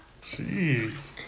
Jeez